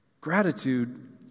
gratitude